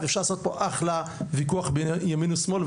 אפשר לעשות פה אחלה ויכוח בין ימין ושמאל,